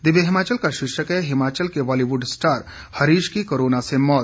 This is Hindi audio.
दिव्य हिमाचल का शीर्षक है हिमाचल के बालीवुड स्टार हरीश की कोरोना से मौत